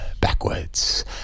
backwards